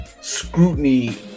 scrutiny